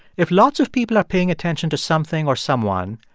if lots of people are paying attention to something or someone,